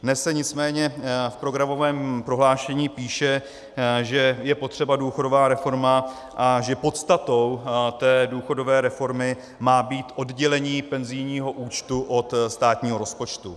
Dnes se nicméně v programovém prohlášení píše, že je potřeba důchodová reforma a že podstatou té důchodové reformy má být oddělení penzijního účtu od státního rozpočtu.